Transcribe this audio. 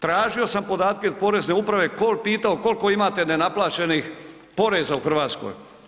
Tražio sam podatke od Porezne uprave, pitao koliko imate nenaplaćenih poreza u Hrvatskoj.